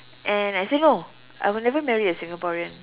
and I say no I will never marry a Singaporean